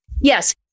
yes